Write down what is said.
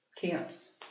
camps